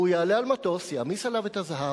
הוא יעלה על מטוס, יעמיס עליו את הזהב,